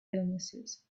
illnesses